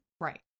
right